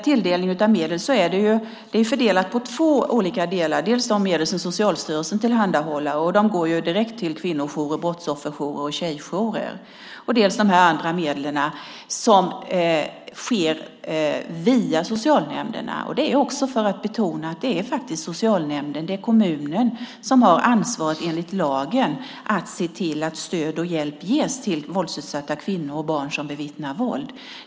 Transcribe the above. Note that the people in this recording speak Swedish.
Tilldelningen av medel har två delar, dels de medel som Socialstyrelsen tillhandahåller som går direkt till kvinnojourer, brottsofferjourer och tjejjourer, dels de här andra medlen som fördelas via socialnämnderna. Så är det också för att betona att det faktiskt är socialnämnden och kommunen som har ansvaret enligt lagen att se till att stöd och hjälp ges till våldsutsatta kvinnor och barn som bevittnar våld.